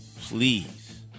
Please